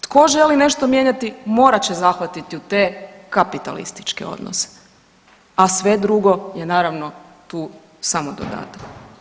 Tko želi nešto mijenjati morat će zahvatiti u te kapitalističke odnose, a sve drugo je naravno tu samo dodatak.